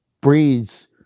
breeds